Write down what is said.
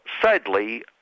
sadly